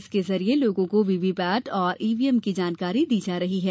इसके जरिए लोगों को वीवीपैट और ईवीएम की जानकारी दी जा रही है